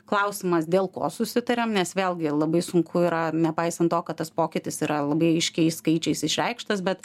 klausimas dėl ko susitariam nes vėlgi labai sunku yra nepaisant to kad tas pokytis yra labai aiškiais skaičiais išreikštas bet